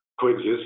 coexist